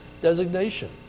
designation